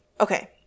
Okay